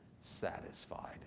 satisfied